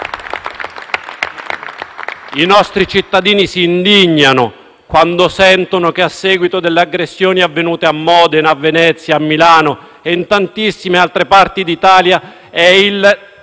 I nostri cittadini si indignano quando sentono che, a seguito delle aggressioni avvenute a Modena, a Venezia, a Milano e in tantissime altre parti d'Italia, è il